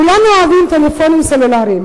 כולנו אוהבים טלפונים סלולריים,